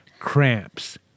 Cramps